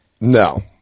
no